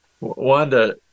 Wanda